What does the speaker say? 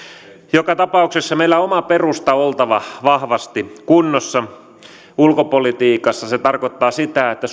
joka tapauksessa meillä on oman perustan oltava vahvasti kunnossa ulkopolitiikassa se tarkoittaa sitä että